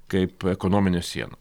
kaip ekonominė siena